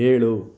ಏಳು